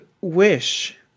wish